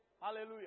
hallelujah